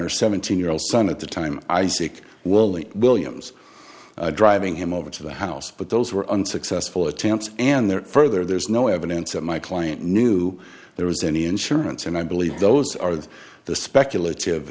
her seventeen year old son at the time isaac willey williams driving him over to the house but those were unsuccessful attempts and there further there's no evidence that my client knew there was any insurance and i believe those are the speculative